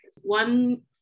One